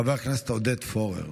חבר הכנסת עודד פורר.